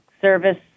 service